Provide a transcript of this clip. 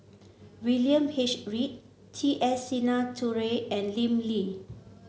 William H Read T S Sinnathuray and Lim Lee